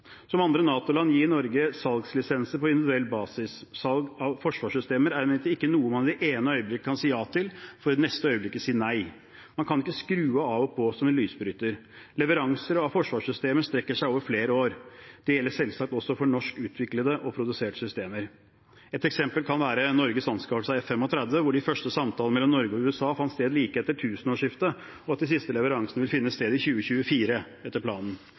Som andre NATO-land gir Norge salgslisenser på individuell basis. Salg av forsvarssystemer er ikke noe man i det ene øyeblikket kan si ja til, for i neste øyeblikket si nei. Man kan ikke skru av og på som en lysbryter. Leveranser av forsvarssystemer strekker seg over flere år. Det gjelder selvsagt også for norskutviklede og -produserte systemer. Et eksempel kan være Norges anskaffelse av F-35. De første samtalene mellom Norge og USA om dem fant sted like etter tusenårsskiftet, og de siste leveransene vil finne sted i 2024 etter planen.